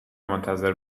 منتظر